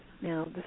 Now